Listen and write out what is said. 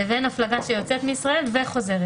לבין הפלגה שיוצאת מישראל וחוזרת.